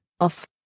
off